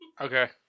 Okay